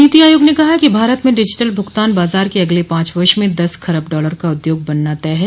नीति आयोग ने कहा है कि भारत में डिजिटल भुगतान बाजार के अगले पांच वर्ष में दस खरब डॉलर का उद्योग बनना तय है